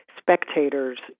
spectators